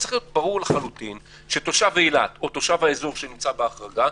צריך להיות ברור שתושב אילת או תושב האזור שנמצא בהחרגה,